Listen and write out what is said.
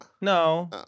No